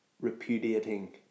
repudiating